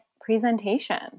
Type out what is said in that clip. presentation